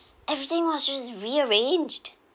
everything was just rearranged